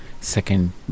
second